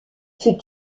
fut